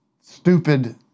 stupid